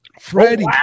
Freddie